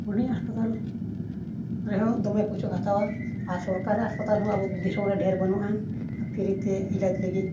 ᱦᱩᱰᱤᱧᱟᱹᱜ ᱦᱟᱸᱥᱯᱟᱛᱟᱞ ᱨᱮᱦᱚᱸ ᱫᱚᱢᱮ ᱯᱚᱭᱥᱟ ᱠᱚ ᱦᱟᱛᱟᱣᱟ ᱟᱨ ᱥᱚᱨᱠᱟᱨᱟᱜ ᱦᱟᱸᱥᱯᱟᱛᱟᱞ ᱦᱚᱸ ᱟᱵᱚ ᱫᱤᱥᱚᱢ ᱨᱮ ᱰᱷᱮᱨ ᱵᱟᱱᱩᱜᱼᱟ ᱟᱨ ᱯᱷᱨᱤ ᱛᱮ ᱮᱞᱟᱡᱽ ᱞᱟᱹᱜᱤᱫ